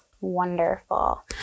Wonderful